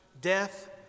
Death